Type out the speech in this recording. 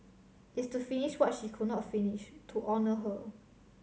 it's to finish what she could not finish to honour her